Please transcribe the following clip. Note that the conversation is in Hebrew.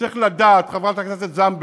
צריך לדעת, חברת הכנסת זנדברג,